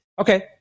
Okay